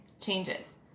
changes